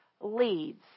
leads